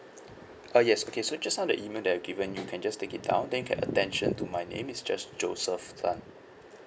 uh yes okay so just now the email that I've given you you can just take it down then you can attention to my name it's just joseph tan